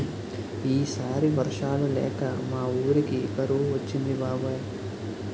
ఈ సారి వర్షాలు లేక మా వూరికి కరువు వచ్చింది బాబాయ్